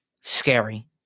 scary